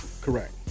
correct